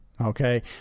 okay